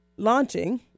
Launching